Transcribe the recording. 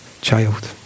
child